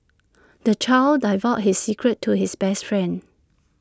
the child divulged all his secrets to his best friend